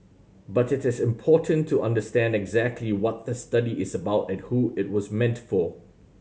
but it is important to understand exactly what the study is about and who it was meant for